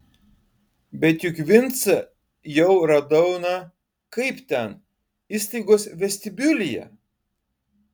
bet juk vincą jau radau na kaip ten įstaigos vestibiulyje